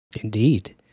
Indeed